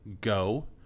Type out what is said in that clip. go